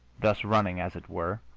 thus running, as it were,